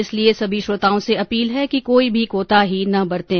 इसलिए सभी श्रोताओं से अपील है कि कोई भी कोताही न बरतें